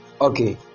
okay